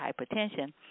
hypertension